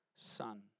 Son